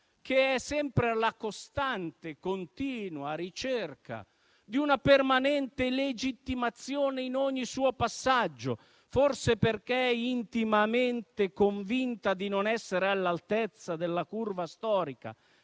sempre alla costante e continua ricerca di una permanente legittimazione in ogni suo passaggio, forse perché intimamente convinta di non essere all'altezza della curva storica